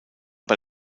bei